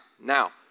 now